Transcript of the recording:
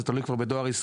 בוקר טוב לכולם,